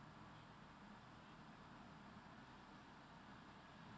mm